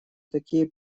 такие